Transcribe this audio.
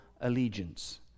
allegiance